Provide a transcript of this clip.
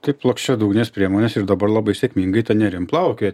tik plokščiadugnės priemonės ir dabar labai sėkmingai ta nerim plaukioja